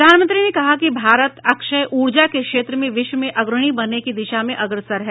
प्रधानमंत्री ने कहा कि भारत अक्षय ऊर्जा के क्षेत्र में विश्व में अग्रणी बनने की दिशा में अग्रसर है